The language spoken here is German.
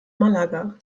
malaga